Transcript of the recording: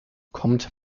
kommt